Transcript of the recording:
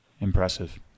Impressive